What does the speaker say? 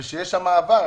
ויש שם עבר,